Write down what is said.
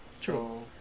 true